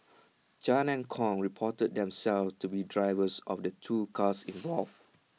chan and Kong reported themselves to be drivers of the two cars involved